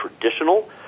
traditional